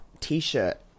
t-shirt